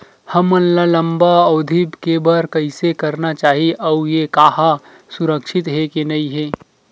हमन ला लंबा अवधि के बर कइसे करना चाही अउ ये हा सुरक्षित हे के नई हे?